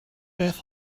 beth